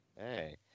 hey